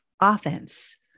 offense